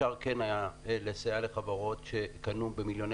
כן היה אפשר לסייע לחברות שקנו במיליוני